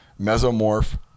Mesomorph